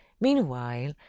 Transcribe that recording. meanwhile